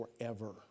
forever